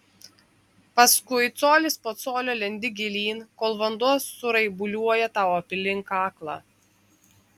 paskui colis po colio lendi gilyn kol vanduo suraibuliuoja tau aplink kaklą